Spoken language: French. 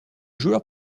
joueur